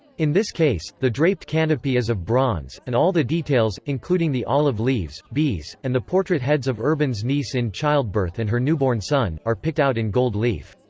in this case, the draped canopy is of bronze, and all the details, including the olive leaves, bees, and the portrait heads of urban's niece in childbirth and her newborn son, are picked out in gold leaf.